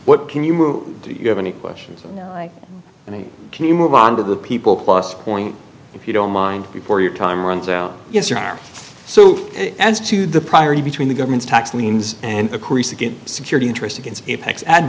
what can you do you have any questions and can you move on to the people plus point if you don't mind before your time runs out yes you are so as to the priority between the government's tax liens and security interest against apex a